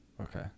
Okay